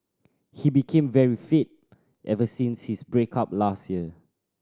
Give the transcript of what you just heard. he became very fit ever since his break up last year